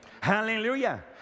Hallelujah